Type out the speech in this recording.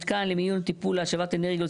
מתקן למיון טיפול להשבת אנרגיות,